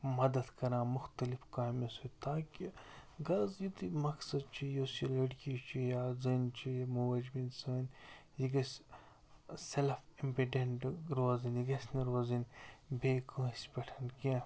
مدتھ کَران مختلف کامیو سۭتۍ تاکہِ غض یُتٕے مقصد چھُ یُس یہِ لٔڑکی چھِ یا زٔنۍ چھِ یہِ موج بیٚنہِ سٲنۍ یہِ گَژھِ سٮ۪لٕف امبِڈٮ۪نٛٹہٕ روزٕنۍ یہِ گَژھِ نہٕ روزٕنۍ بیٚیہِ کٲنٛسہِ پٮ۪ٹھ کیٚنٛہہ